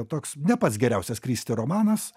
toks ne pats geriausias kristi romanas